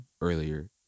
earlier